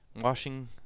Washing